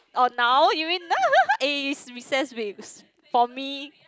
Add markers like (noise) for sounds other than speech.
oh now you mean (noise) eh it's recess week for me